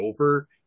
over